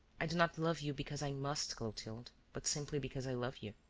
i do not love you because i must, clotilde, but simply because i love you.